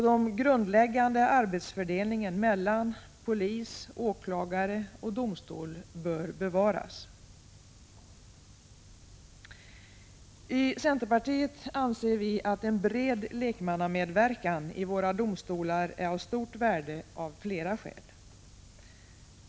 Den grundläggande arbetsfördelningen mellan polis, åklagare och domstol bör bevaras. I centerpartiet anser vi att en bred lekmannamedverkan i domstolarna är av stort värde av flera skäl.